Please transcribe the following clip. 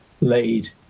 laid